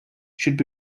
should